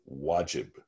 Wajib